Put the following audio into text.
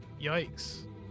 Yikes